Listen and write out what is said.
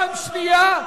אבל אתה שמעת,